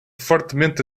fortemente